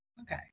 Okay